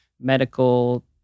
medical